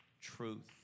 truth